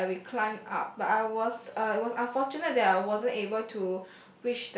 uh and we climb up but I was uh I was unfortunate that I wasn't able to